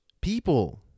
people